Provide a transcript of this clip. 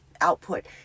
output